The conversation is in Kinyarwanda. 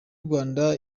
rwanda